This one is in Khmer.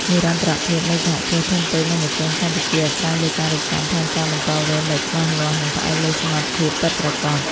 និរន្តរភាពនៃ សហគ្រាសធុនតូច និងមធ្យម កម្ពុជា អាស្រ័យលើការរៀបចំផែនការបន្តវេនដែលច្បាស់លាស់ និងផ្អែកលើសមត្ថភាពពិតប្រាកដ។